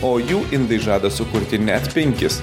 o jų indai žada sukurti net penkis